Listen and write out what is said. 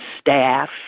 staff